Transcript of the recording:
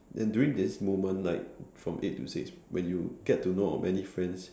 and during these moments like from eight to six when you get to know of many friends